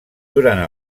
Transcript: durant